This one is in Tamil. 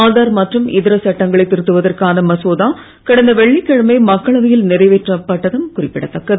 ஆதார் மற்றும் இதர சட்டங்களை திருத்துவதற்கான மசோதா கடந்த வெள்ளிகிழமை மக்களவையில் நிறைவேற்றப்பட்டதும் குறிப்பிடத்தக்கது